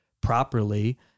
properly